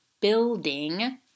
building